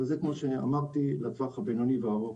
אבל זה, כמו שאמרתי, הוא לטווח הבינוני והארוך.